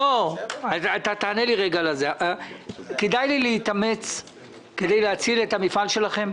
רגרמן, כדאי לי להתאמץ כדי להציל את המפעל שלכם?